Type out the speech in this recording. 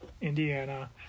Indiana